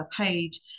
page